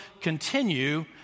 continue